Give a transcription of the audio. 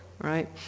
right